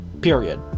period